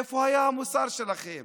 איפה היה המוסר שלכם